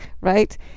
right